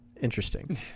Interesting